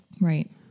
Right